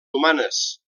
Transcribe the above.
humanes